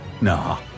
Nah